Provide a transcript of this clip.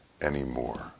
anymore